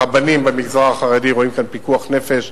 הרבנים במגזר החרדי רואים כאן פיקוח נפש,